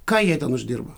ką jie ten uždirba